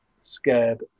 scared